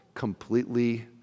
completely